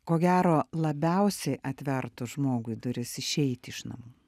ko gero labiausiai atvertų žmogui duris išeiti iš namų